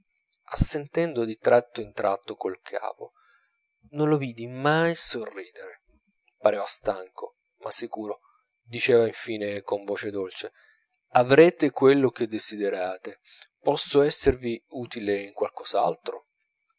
imbrogliati assentendo di tratto in tratto col capo non lo vidi mai sorridere pareva stanco ma sicuro diceva infine con voce dolce avrete quello che desiderate posso esservi utile in